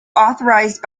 authored